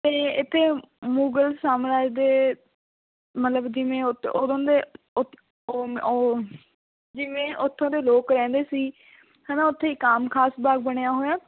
ਅਤੇ ਇੱਥੇ ਮੁਗਲ ਸਾਮਰਾਜ ਦੇ ਮਤਲਬ ਜਿਵੇਂ ਓਤ ਉਦੋਂ ਦੇ ਓਤ ਓਮ ਓ ਜਿਵੇਂ ਉੱਥੋਂ ਦੇ ਲੋਕ ਰਹਿੰਦੇ ਸੀ ਹੈ ਨਾ ਉੱਥੇ ਇੱਕ ਆਮ ਖਾਸ ਬਾਗ ਬਣਿਆ ਹੋਇਆ